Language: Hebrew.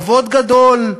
כבוד גדול.